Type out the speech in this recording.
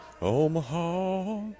Omaha